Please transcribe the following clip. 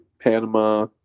Panama